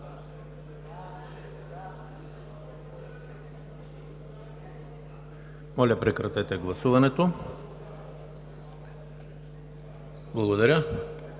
Моля, прекратете гласуването. Благодаря.